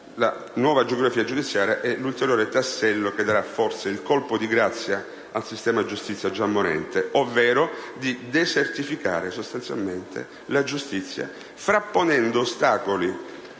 la nuova geografia giudiziaria è l'ulteriore tassello che darà forse il colpo di grazia al sistema giustizia già morente - ovvero sostanzialmente la desertificazione della giustizia, frapponendo ostacoli